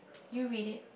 you read it